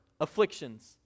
afflictions